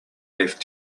left